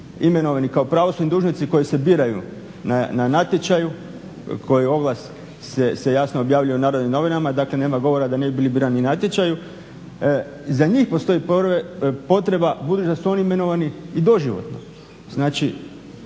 imenovani kao pravosudni dužnosnici i koji se biraju na natječaju koja ovlast se jasno objavljuje u Narodnim novinama. Dakle, nema govora da ne bi bili birani natječaju. Za njih postoji potreba budući da su oni imenovani i doživotno,